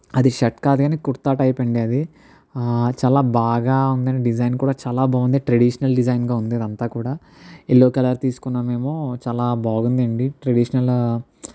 అది షర్ట్ కాదు కానీ కుర్తా టైప్ అండి అది చాలా బాగా ఉంది అండి డిజైన్ కూడా చాలా బాగుంది ట్రెడిషనల్ డిజైన్గా ఉంది అది అంతా కూడా ఎల్లో కలర్ తీసుకున్నాము మేము చాలా బాగుంది అండి ట్రెడిష్నల